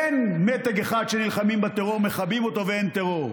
אין מתג אחד, נלחמים בטרור, מכבים אותו ואין טרור,